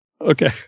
Okay